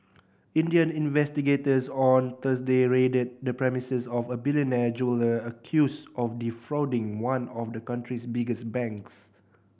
Indian investigators on Thursday raided the premises of a billionaire jeweller accused of defrauding one of the country's biggest banks